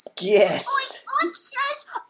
Yes